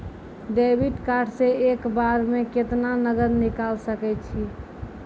Debit card से एक बार मे केतना नगद निकाल सके छी?